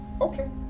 Okay